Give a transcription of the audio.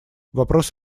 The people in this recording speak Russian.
вопрос